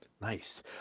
Nice